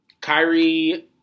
Kyrie